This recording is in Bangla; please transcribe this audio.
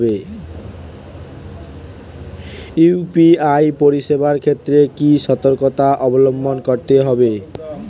ইউ.পি.আই পরিসেবার ক্ষেত্রে কি সতর্কতা অবলম্বন করতে হবে?